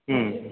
হুম